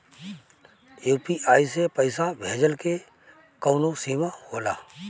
UPI से पईसा भेजल के कौनो सीमा होला?